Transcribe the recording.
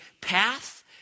path